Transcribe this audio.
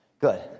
good